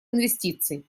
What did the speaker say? инвестиций